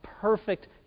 perfect